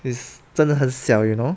is 真的很小 you know